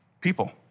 people